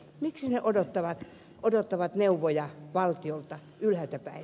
miksi ne odottavat neuvoja valtiolta ylhäältä päin